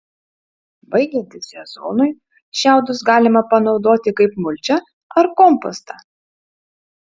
baigiantis sezonui šiaudus galima panaudoti kaip mulčią ar kompostą